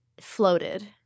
floated